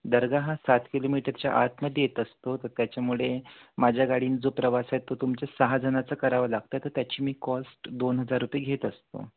दर्गा हा सात किलोमीटरच्या आतमध्ये येत असतो तर त्याच्यामुळे माझ्या गाडीन जो प्रवास आहे तो तुमच्या सहाजणांचा करावा लागतं तर त्याची मी कॉस्ट दोन हजार रुपये घेत असतो